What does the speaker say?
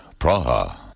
Praha